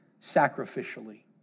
sacrificially